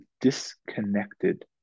disconnected